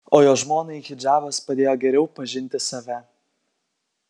o jo žmonai hidžabas padėjo geriau pažinti save